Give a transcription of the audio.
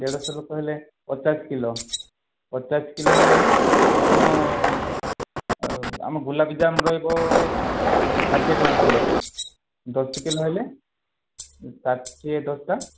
ଦେଢ଼ଶହ ଲୋକ ହେଲେ ପଚାଶ କିଲୋ ପଚାଶ କିଲୋ ହେଲେ ଆପଣ ଆମ ଗୋଲାପଜାମ ରହିବ ଷାଠିଏ ଟଙ୍କା କିଲୋ ଦଶ କିଲୋ ହେଲେ ଷାଠିଏ ଦଶା